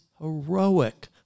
heroic